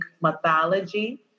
mythology